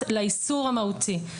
לאיסור המהותי.